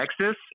Texas